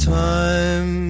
time